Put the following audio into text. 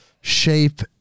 shape